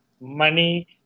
money